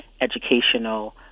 educational